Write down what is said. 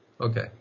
Okay